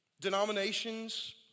Denominations